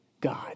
God